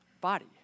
body